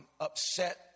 upset